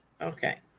Okay